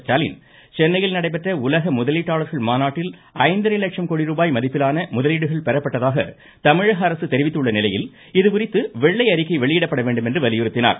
ஸ்டாலின் சென்னையில் நடைபெற்ற உலக முதலீட்டாளர்கள் மாநாட்டில் ஐந்தரை லட்சம் கோடி ரூபாய் மதிப்பிலான முதலீடுகள் பெறப்பட்டதாக தமிழகஅரசு தெரிவித்துள்ளநிலையில் இதுகுறித்து வெள்ளை அறிக்கை வெளியிடப்பட வேண்டும் என வலியுறுத்தினார்